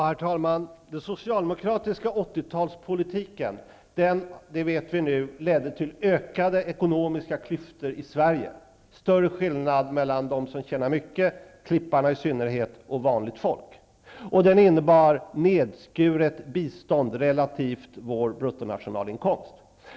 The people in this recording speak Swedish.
Herr talman! Den socialdemokratiska 80 talspolitiken ledde -- det vet vi nu -- till ökade ekonomiska klyftor i Sverige, till större skillnad mellan dem som tjänar mycket, i synnerhet ''klipparna'', och vanligt folk. Den innebar nedskuret bistånd relativt vår bruttonationalinkomst.